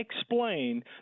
explain